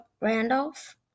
Randolph